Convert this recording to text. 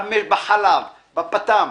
ועוד בחלב, בפטם,